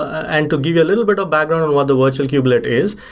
and to give you a little bit of background on what the virtual kubelet is,